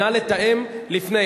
נא לתאם לפני.